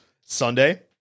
Sunday